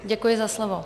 Děkuji za slovo.